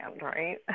right